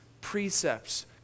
precepts